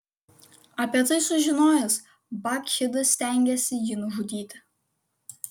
apie tai sužinojęs bakchidas stengėsi jį nužudyti